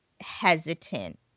hesitant